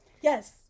Yes